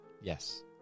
yes